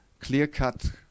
clear-cut